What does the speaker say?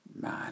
man